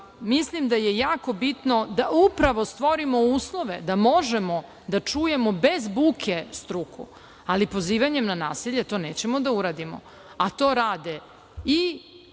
Mislim da je jako bitno da upravo stvorimo uslove da možemo da čujemo bez buke struku. Ali, pozivanjem na nasilje to nećemo da uradimo, a to rade i